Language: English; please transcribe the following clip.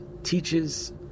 teaches